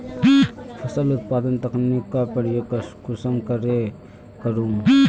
फसल उत्पादन तकनीक का प्रयोग कुंसम करे करूम?